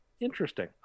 Interesting